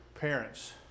parents